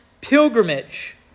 pilgrimage